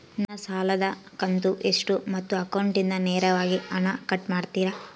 ನನ್ನ ಸಾಲದ ಕಂತು ಎಷ್ಟು ಮತ್ತು ಅಕೌಂಟಿಂದ ನೇರವಾಗಿ ಹಣ ಕಟ್ ಮಾಡ್ತಿರಾ?